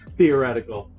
theoretical